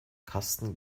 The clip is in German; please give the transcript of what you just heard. karsten